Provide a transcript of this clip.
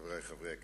חברי חברי הכנסת,